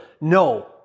No